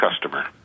customer